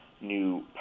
new